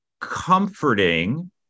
comforting